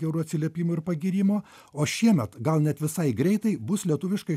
gerų atsiliepimų ir pagyrimo o šiemet gal net visai greitai bus lietuviškai